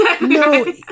no